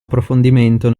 approfondimento